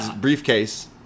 briefcase